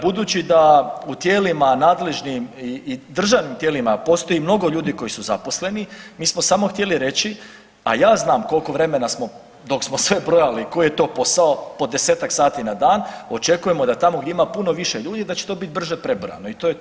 Budući da u tijelima nadležnim i državnim tijelima postoji mnogo ljudi koji su zaposleni, mi smo samo htjeli reći, a ja znam koliko smo vremena smo, dok smo sve brojali koji je to posao, po desetak sati na dan, očekujemo da tamo gdje ima puno više ljudi, da će to biti brže prebrojano i to je to, samo to.